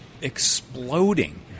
exploding